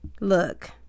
Look